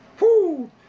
whoo